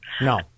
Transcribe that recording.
No